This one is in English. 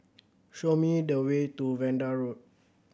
show me the way to Vanda Road